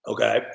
Okay